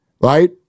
Right